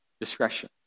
discretion